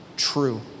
True